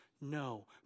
no